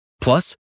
Plus